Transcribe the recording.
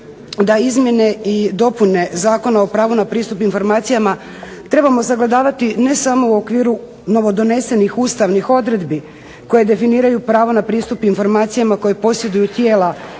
da izmjene i dopune Zakona o pravu na pristup informacijama trebamo sagledavati ne samo u okviru novodonesenih ustavnih odredbi, koje definiraju pravo na pristup informacijama, koje posjeduju tijela